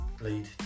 lead